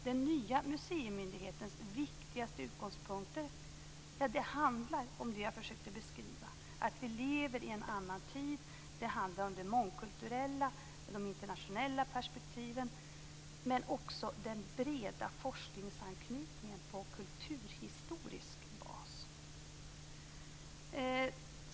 Den nya museimyndighetens viktigaste utgångspunkter är de jag försökte beskriva, att vi lever i en annan tid. Det handlar om det mångkulturella, de internationella perspektiven, men också om den breda forskningsanknytningen på kulturhistorisk bas.